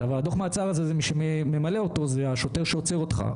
מי שממלא את דוח המעצר הזה הוא השוטר שעוצר אותך,